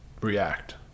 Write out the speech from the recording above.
react